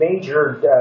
major